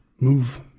move